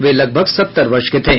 वे लगभग सत्तर वर्ष के थे